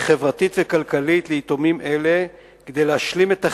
חברתית וכלכלית ליתומים אלה, כדי להשלים את החסר,